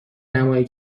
نمایی